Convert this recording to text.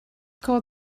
called